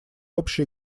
общие